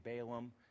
Balaam